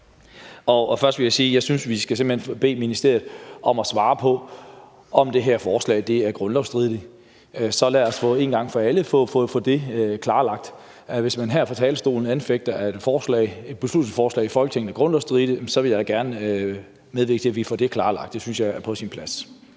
vi simpelt hen skal bede ministeriet om at svare på, om det her forslag er grundlovsstridigt. Lad os én gang for alle få det klarlagt. Hvis man her fra talerstolen anfører, at et beslutningsforslag i Folketinget er grundlovsstridigt, vil jeg gerne medvirke til, at vi får klarlagt, om det er tilfældet; det synes jeg er på sin plads.